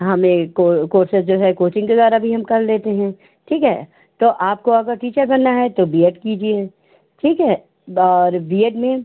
हमें कोर्सेस जो है कोचिंग के द्वारा भी हम कर लेते हैं ठीक है तो आपको अगर टीचर बनना है तो बी एड कीजिए ठीक है और बी एड में